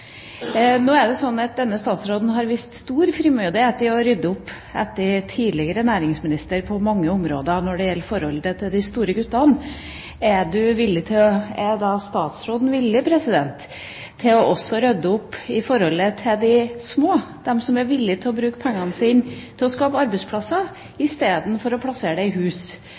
Nå er det slik at denne statsråden har vist stor frimodighet i å rydde opp etter tidligere næringsministere på mange områder når det gjelder forholdet til de store guttene. Er statsråden villig til også å rydde opp i forhold til de små – de som er villige til å bruke pengene sine til å skape arbeidsplasser i stedet for å plassere dem i hus?